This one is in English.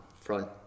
front